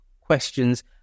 questions